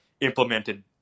implemented